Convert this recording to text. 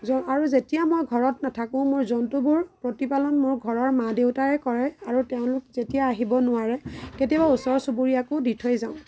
জ আৰু যেতিয়া মই ঘৰত নাথাকোঁ মই জন্তুবোৰ প্ৰতিপালন মোৰ ঘৰৰ মা দেউতাই কৰে আৰু তেওঁলোক যেতিয়া আহিব নোৱাৰে কেতিয়াবা ওচৰ চুবুৰীয়াকো দি থৈ যাওঁ